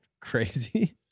crazy